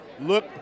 look